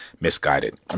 misguided